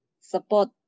support